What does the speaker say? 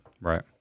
Right